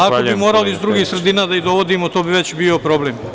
Ako bismo morali iz drugih sredina da ih dovodimo to bi već bio problem.